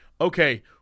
okay